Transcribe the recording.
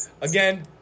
again